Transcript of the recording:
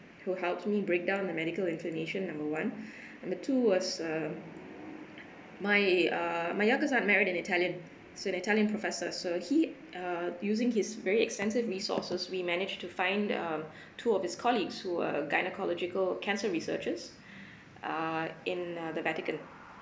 who helps me breakdown the medical information number one number two was uh my uh my youngest aunt married an italian so an italian professor so he uh using his very extensive resources we manage to find um two of his colleagues who are gynaecological cancer researchers uh in uh the vatican